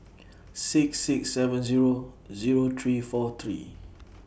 six six seven Zero Zero three four three